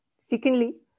Secondly